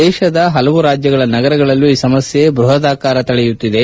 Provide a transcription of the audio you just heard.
ದೇಶದ ಹಲವು ರಾಜ್ಯಗಳ ನಗರಗಳಲ್ಲೂ ಈ ಸಮಸ್ತೆ ಬ್ಲಹದಾಕಾರ ತಳೆಯುತ್ತಿದೆ